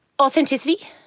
Authenticity